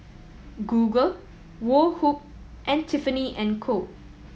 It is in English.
Google Woh Hup and Tiffany and Co